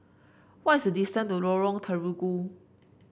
what's the distance to Lorong Terigu